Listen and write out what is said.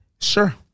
sure